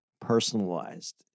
personalized